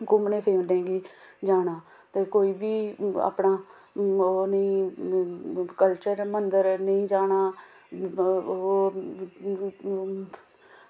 घुम्मनै फिरने गी जाना ते कोई बी अपना ओह् निं कल्चर मंदर निं जाना ओह्